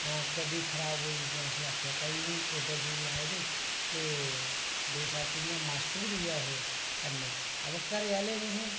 हैं गड्डी खराब होई ते असें आखेआ भाई केह् करदे ओ इन्ने दूर आए दे ते बेशक इयां मास्टर बी है कन्नै आ बो घरे आहले नी